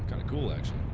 kind of cool action